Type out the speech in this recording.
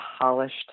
polished